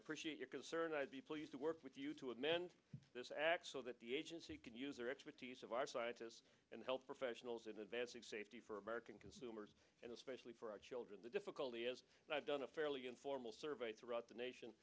appreciate your concern i'd be pleased to work with you to amend this act so that the agency can use their expertise of our scientists and health professionals in advance of safety for american consumers and especially for our children the difficulty as i've done a fairly informal survey throughout the nation